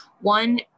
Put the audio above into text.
One